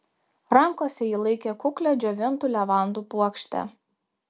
rankose ji laikė kuklią džiovintų levandų puokštę